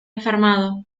enfermado